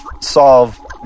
solve